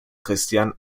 christian